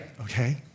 okay